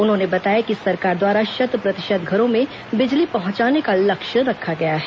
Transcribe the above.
उन्होंने बताया कि सरकार द्वारा शत प्रतिशत घरों में बिजली पहंचाने का लक्ष्य रखा गया है